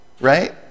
right